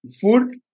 food